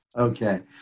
Okay